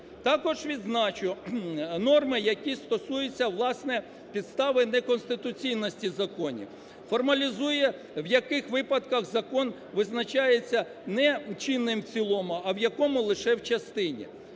Також відзначу норми, які стосуються, власне, підстави неконституційності законів. Формалізує в яких випадках закон визначається не чинним в цілому, а в якому лише в частині.